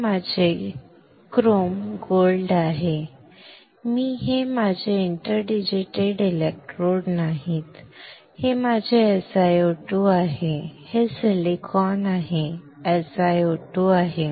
तर हे माझे क्रोम सोने आहेत हे माझे इंटरडिजिटेटेड इलेक्ट्रोड्स नाहीत हे माझे SiO2 आहे हे सिलिकॉन आहे हे SiO2 आहे